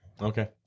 Okay